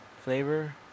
flavor